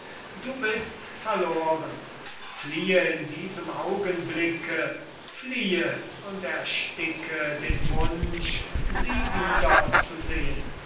du bist verloren fliehe von dem augenblick an da du sie gesehen fliehe und ersticke den wunsch sie wieder